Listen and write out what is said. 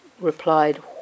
replied